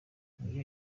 ngiyo